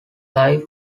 are